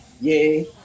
Yay